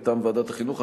מטעם ועדת החינוך,